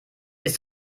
ist